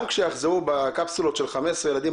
גם כאשר יחזרו בקפסולות של 15 ילדים,